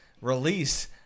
release